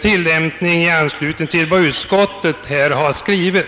tillämpning av vad utskottet har skrivit.